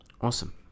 Awesome